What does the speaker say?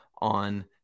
on